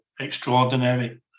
extraordinary